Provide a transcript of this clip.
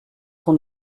son